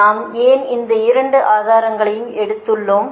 நாம் ஏன் இந்த 2 ஆதாரங்களையும் எடுத்துள்ளோம்